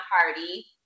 party